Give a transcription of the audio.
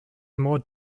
more